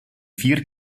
vier